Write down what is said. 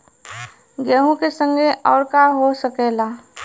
गेहूँ के संगे अउर का का हो सकेला?